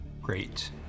Great